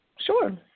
Sure